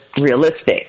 realistic